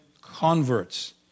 converts